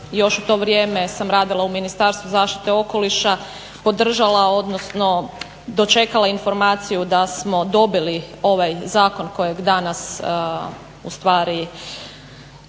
još u to vrijeme sam radila u Ministarstvu zaštite okoliša podržala odnosno dočekala informaciju da smo dobili ovaj zakon kojeg danas ustvari